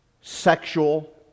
sexual